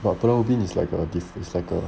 but pulau ubin is like a diff it's like err